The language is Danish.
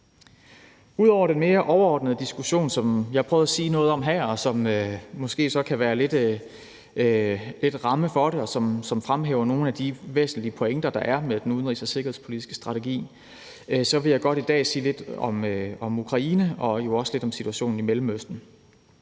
Ud over den mere overordnede diskussion, som jeg prøvede at sige noget om her, og som måske kan være lidt en ramme for det, og som fremhæver nogle af de væsentlige pointer, der er med den udenrigs- og sikkerhedspolitiske strategi, vil jeg godt i dag sige lidt om Ukraine og jo også lidt om situationen i Mellemøsten.